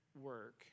work